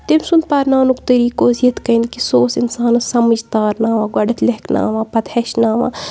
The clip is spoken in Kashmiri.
تٔمۍ سُنٛد پَرناونُک طریٖقہٕ اوس یِتھ کٔنۍ کہِ سُہ اوس اِنسانَس سَمٕجھ تارناوان گۄڈٮ۪تھ لٮ۪کھناوان پَتہٕ ہیٚچھناوان